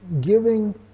giving